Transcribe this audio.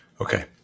Okay